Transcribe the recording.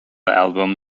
album